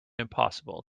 impossible